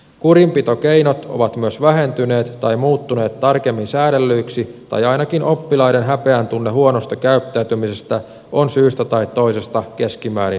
kurinpitokeinot ovat myös vähentyneet tai muuttuneet tarkemmin säädellyiksi tai ainakin oppilaiden häpeäntunne huonosta käyttäytymisestä on syystä tai toisesta keskimäärin vähentynyt